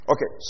Okay